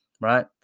right